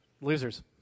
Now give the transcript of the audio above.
Losers